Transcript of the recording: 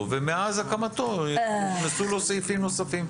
ומאז הקמתו נכנסו לו סעיפים נוספים.